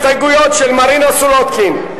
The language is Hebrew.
הסתייגויות של מרינה סולודקין,